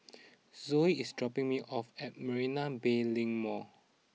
Zoey is dropping me off at Marina Bay Link Mall